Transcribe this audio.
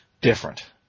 different